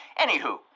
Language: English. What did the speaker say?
Anywho